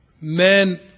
men